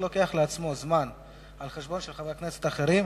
שלוקח לעצמו זמן על-חשבון חברי כנסת אחרים,